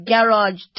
Garage